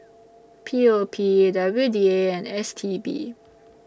P O P W D A and S T B